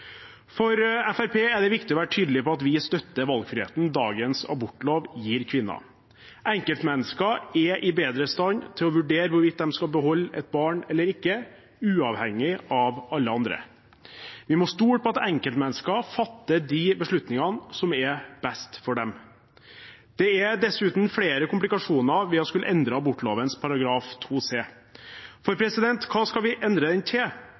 For Fremskrittspartiet er det viktig å være tydelig på at vi støtter valgfriheten dagens abortlov gir kvinnen. Enkeltmennesker er bedre i stand til å vurdere hvorvidt de skal beholde et barn eller ikke, uavhengig av alle andre. Vi må stole på at enkeltmennesker fatter de beslutningene som er best for dem. Det er dessuten flere komplikasjoner ved å skulle endre abortlovens § 2 c. For hva skal vi endre den til?